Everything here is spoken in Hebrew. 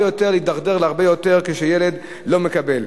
יותר ולהידרדר להרבה יותר כשילד לא מקבל.